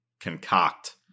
concoct